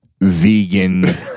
vegan